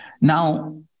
Now